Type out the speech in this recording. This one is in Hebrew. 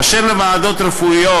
אשר לוועדות רפואיות,